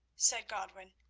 said godwin,